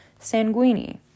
sanguini